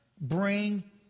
bring